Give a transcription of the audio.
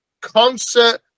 concert